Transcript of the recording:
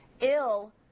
ill